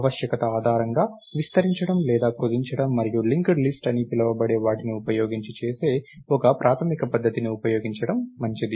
ఆవశ్యకత ఆధారంగా విస్తరించడం లేదా కుదించడం మరియు లింక్డ్ లిస్ట్ అని పిలవబడే వాటిని ఉపయోగించి చేసే ఒక ప్రాథమిక పద్ధతిని ఉపయోగించడం మంచిది